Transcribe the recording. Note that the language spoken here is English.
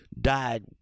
died